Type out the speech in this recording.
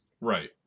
right